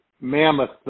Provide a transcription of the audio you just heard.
Mammoth